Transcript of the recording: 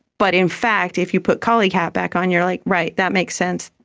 but in fact if you put colleague hat back on you're like, right, that makes sense,